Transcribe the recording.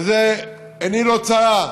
עיני לא צרה,